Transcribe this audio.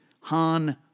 Han